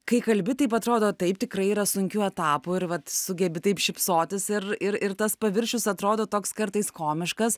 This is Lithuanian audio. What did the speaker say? kai kalbi taip atrodo taip tikrai yra sunkių etapų ir vat sugebi taip šypsotis ir ir ir tas paviršius atrodo toks kartais komiškas